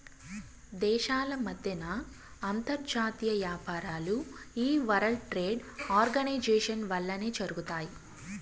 దేశాల మద్దెన అంతర్జాతీయ యాపారాలు ఈ వరల్డ్ ట్రేడ్ ఆర్గనైజేషన్ వల్లనే జరగతాయి